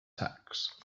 tacks